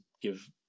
give